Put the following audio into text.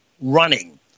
running